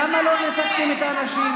למה לא ניתקתם את האנשים?